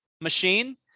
Machine